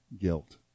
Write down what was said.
guilt